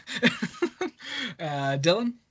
Dylan